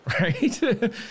right